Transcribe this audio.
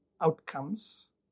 outcomes